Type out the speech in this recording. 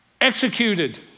executed